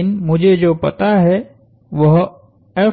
लेकिन मुझे जो पता है वहहै